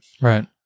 Right